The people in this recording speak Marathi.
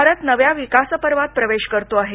भारत नव्या विकासपर्वात प्रवेश करतो आहे